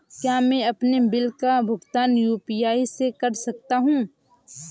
क्या मैं अपने बिल का भुगतान यू.पी.आई से कर सकता हूँ?